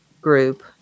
group